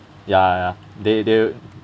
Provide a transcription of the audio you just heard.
ya they they